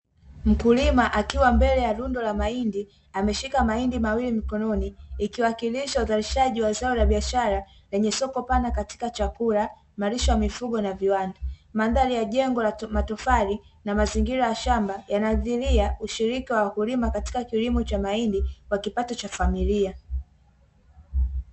Mkulima akiwa mbele ya rundo la mahindi ameshika mahindi mawili mkononi, ikiwakilisha uzalishaji wa zao la biashara lenye soko pana katika chakula, malisho ya mifugo na viwanda. Mandhari ya jengo la matofali na mazingira ya shamba yanadhiria ushiriki wa wakulima katika kilimo cha mahindi kwa kipato cha familia.